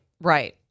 Right